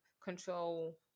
control